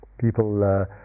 people